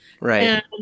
Right